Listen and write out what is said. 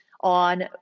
on